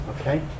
okay